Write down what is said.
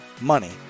money